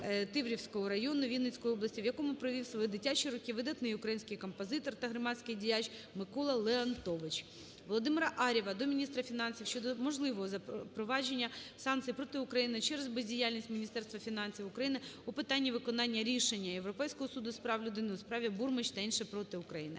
Тиврівського району, Вінницької області, у якому провів свої дитячі роки видатний український композитор та громадський діяч Микола Леонтович. ВолодимираАр'єва до міністра фінансів щодо можливого запровадження санкцій проти України через бездіяльність Міністерства фінансів України у питанні виконання рішення Європейського суду з прав людини у справі "Бурмич та інші проти України.